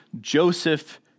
Joseph